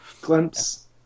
glimpse